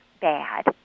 bad